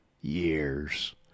years